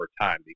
time